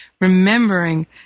remembering